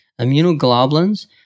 Immunoglobulins